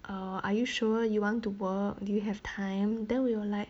err are you sure you want to work do you have time then we were like